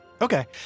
Okay